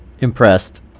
impressed